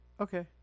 okay